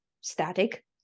static